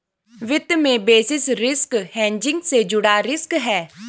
वित्त में basis risk hedging से जुड़ा रिस्क है